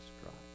Christ